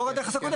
לאור הנכס הקודם.